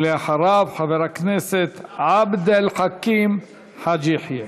ואחריו, חבר הכנסת עבד אל חכים חאג' יחיא.